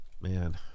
man